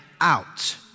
out